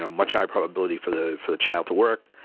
ah much higher probability for the for the child to work.